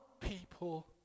people